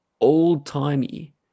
old-timey